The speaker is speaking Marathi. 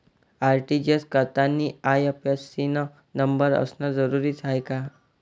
आर.टी.जी.एस करतांनी आय.एफ.एस.सी न नंबर असनं जरुरीच हाय का?